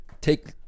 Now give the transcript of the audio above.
take